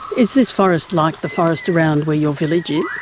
is this forest like the forest around where your village is?